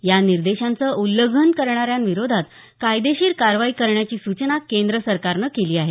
या निर्देशाचं उल्लंघन करणाऱ्यांविरोधात कायदेशीर कारवाई करण्याची सूचना केंद्र सरकारने केली आहे